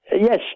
Yes